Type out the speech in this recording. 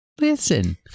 listen